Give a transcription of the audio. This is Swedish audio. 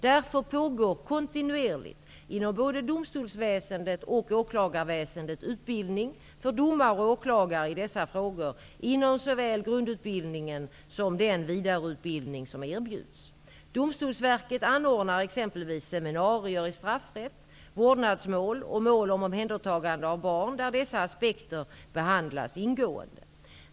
Därför pågår kontinuerligt inom både domstolsväsendet och åklagarväsendet utbildning för domare och åklagare i dessa frågor inom såväl grundutbildningen som den vidareutbildning som erbjuds. Domstolsverket anordnar exempelvis seminarier i straffrätt, vårdnadsmål och mål om omhändertagande av barn där dessa aspekter behandlas ingående.